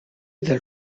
del